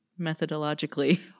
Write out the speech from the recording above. methodologically